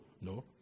no